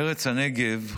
ארץ הנגב,